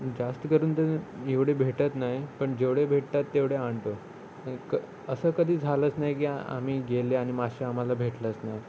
जास्त करून तर एवढे भेटत नाही पण जेवढे भेटतात तेवढे आणतो क असं कधी झालंच नाही की आम्ही गेले आणि मासे आम्हाला भेटलंच नाही